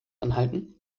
anhalten